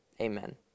Amen